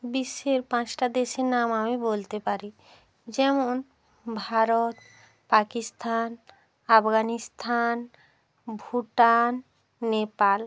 বিশ্বের পাঁচটা দেশের নাম আমি বলতে পারি যেমন ভারত পাকিস্তান আফগানিস্তান ভুটান নেপাল